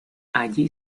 allí